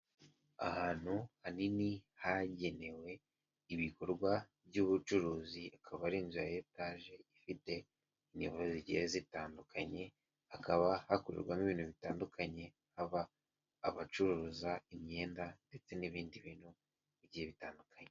Ahantu hanini hagenewe ibikorwa by'ubucuruzi ikaba ari inzu igeretse ifite amgorofa atandukanye hakaba hakorerwamo ibintu bitandukanye haba abacuruza imyenda ndetse n'ibindi bintu bigiye bitandukanye .